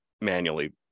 manually